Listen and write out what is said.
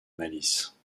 malice